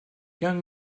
young